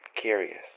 curious